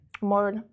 more